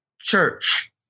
Church